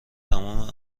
تمام